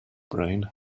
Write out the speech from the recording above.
brain